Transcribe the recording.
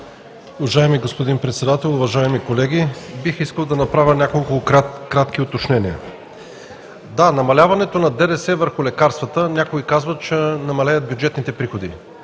Уважаеми господин Председател, уважаеми колеги! Бих искал да направя няколко кратки уточнения. Да, с намаляването на ДДС върху лекарствата някои казват, че се намаляват бюджетните приходи,